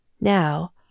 Now